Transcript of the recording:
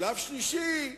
בשלב שלישי,